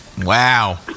Wow